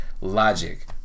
logic